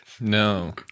No